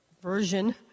version